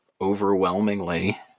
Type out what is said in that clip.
overwhelmingly